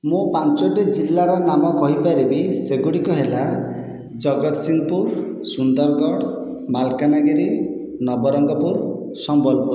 ମୁଁ ପାଞ୍ଚଟି ଜିଲ୍ଲାର ନାମ କହି ପାରିବି ସେଗୁଡ଼ିକ ହେଲା ଜଗତସିଂହପୁର ସୁନ୍ଦରଗଡ଼ ମାଲକାନଗିରି ନବରଙ୍ଗପୁର ସମ୍ବଲପୁର